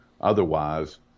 Otherwise